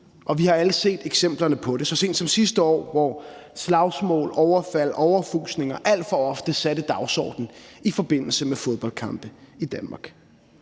og vi har alle set eksemplerne på det så sent som sidste år, hvor slagsmål, overfald, overfusninger alt for ofte satte dagsordenen i forbindelse med fodboldkampe i Danmark.